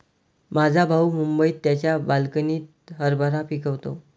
माझा भाऊ मुंबईत त्याच्या बाल्कनीत हरभरा पिकवतो